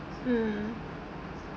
mm